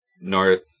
north